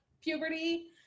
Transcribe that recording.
puberty